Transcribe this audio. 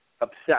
obsessed